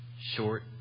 short